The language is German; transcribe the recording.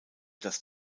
das